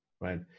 right